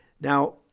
Now